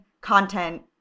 content